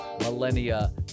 millennia